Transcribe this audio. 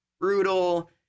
brutal